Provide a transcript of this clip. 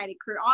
crew